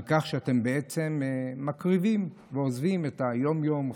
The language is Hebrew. על כך שאתם בעצם מקריבים ועוזבים את היום-יום.